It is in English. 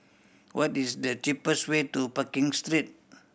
what is the cheapest way to Pekin Street